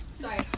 Sorry